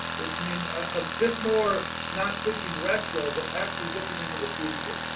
that means a bit more not thinking retro but actually looking into the future.